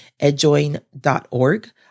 edjoin.org